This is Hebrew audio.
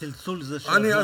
הצלצול זה שהזמן נגמר.